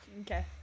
Okay